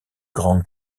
grand